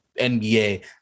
NBA